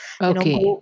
Okay